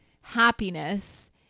happiness